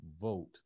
vote